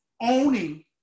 owning